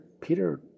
Peter